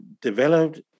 developed